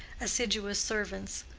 assiduous servants.